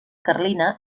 carlina